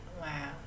Wow